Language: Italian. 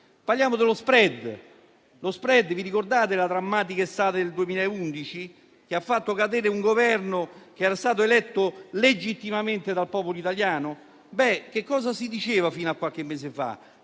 Parliamo dello *spread*: ricordate la drammatica estate del 2011, che ha visto cadere un Governo che era stato eletto legittimamente dal popolo italiano? Cosa si diceva fino a qualche mese fa?